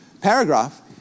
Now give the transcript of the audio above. paragraph